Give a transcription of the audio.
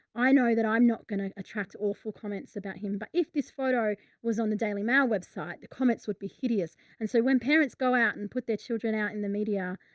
i know that i'm not gonna attract awful comments about him, but if this photo was on the daily mail website, the comments would be hideous. and so when parents go out and put their children out in the media,